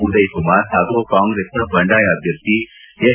ಉದಯ್ ಕುಮಾರ್ ಹಾಗೂ ಕಾಂಗ್ರೆಸ್ನ ಬಂಡಾಯ ಅಭ್ಯರ್ಥಿ ಎಸ್